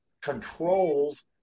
controls